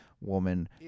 woman